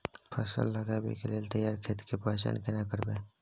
फसल लगबै के लेल तैयार खेत के पहचान केना करबै?